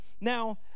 now